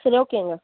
சரி ஓகேங்க